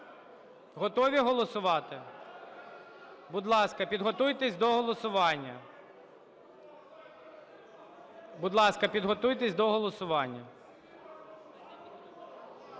Готові голосувати? Будь ласка, підготуйтесь до голосування.